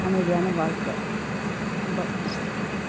அமைதியான வாழ்க்கை ரொம்ப பிடிச்சிருக்கு